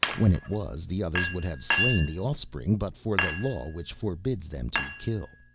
when it was, the others would have slain the offspring but for the law which forbids them to kill.